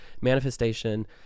Manifestation